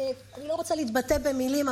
לא רוצה להתבטא במילים,